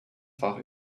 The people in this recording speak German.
fach